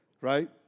Right